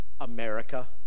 America